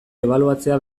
ebaluatzea